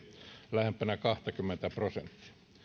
lähempänä kahtakymmentä prosenttia